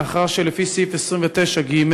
מאחר שלפי סעיף 29(ג)